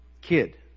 Kid